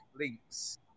links